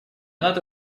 надо